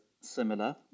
similar